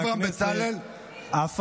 חבר הכנסת אברהם בצלאל, אתה מאלץ אותי.